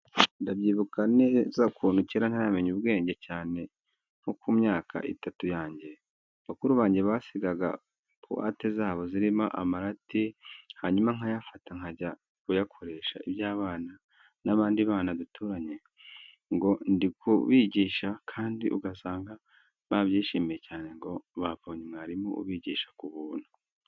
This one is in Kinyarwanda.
Ndabyibuka neza ukuntu kera ntaramenya ubwenge cyane nko ku myaka itatu yange, bakuru bange basigaga buwate zabo zirimo amarati, hanyuma nkayafata nkajya kuyakoresha iby'abana n'abandi bana duturanye ngo ndi kubigisha kandi ugasanga babyishimiye cyane ngo babonye mwarimu ubigisha ku buntu.